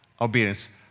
obedience